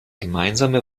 gemeinsame